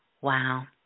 Wow